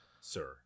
sir